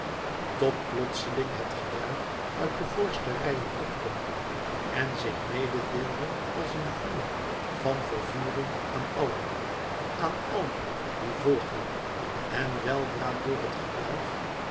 tot plotseling het gejuich uit de voorste rijen op klonk en zich mede deelde als een vuur van vervoering aan allen aan allen die volgden en weldra door het gejuich